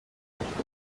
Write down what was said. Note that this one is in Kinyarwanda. ubufasha